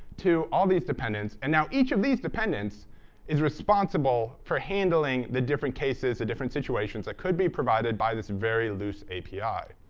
to all these dependents. and now each of these dependents is responsible for handling the different cases, the different situations that could be provided by this very loose api.